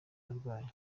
urwaye